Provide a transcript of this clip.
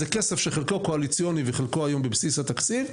זה כסף שחלקו קואליציוני וחלקו היום בבסיס התקציב.